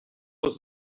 was